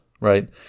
right